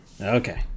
Okay